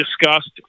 discussed